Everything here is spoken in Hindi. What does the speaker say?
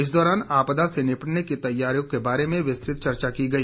इस दौरान आपदा से निपटने की तैयारियों के बारे में विस्तृत चर्चा की गई